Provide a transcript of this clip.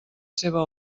seva